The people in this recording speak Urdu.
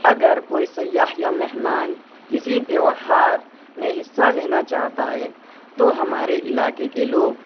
اگر کوئی سیاح یا مہمان کسی تیوہار میں حصہ لینا چاہتا ہے تو ہمارے علاقے کے لوگ